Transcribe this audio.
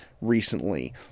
recently